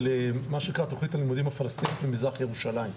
מה שנקרא התכנית הפלסטינית במזרח ירושלים.